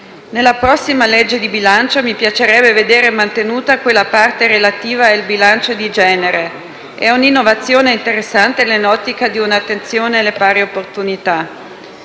Nella prossima legge di bilancio mi piacerebbe vedere mantenuta quella parte relativa al bilanciamento di genere: è un'innovazione interessante nell'ottica di un'attenzione alle pari opportunità.